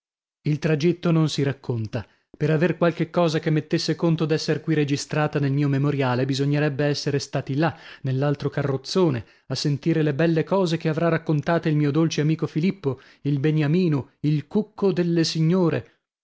il tragitto non si racconta per aver qualche cosa che mettesse conto d'esser qui registrata nel mio memoriale bisognerebbe essere stati là nell'altro carrozzone a sentire le belle cose che avrà raccontate il mio dolce amico filippo il beniamino il cucco delle signore